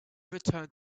returned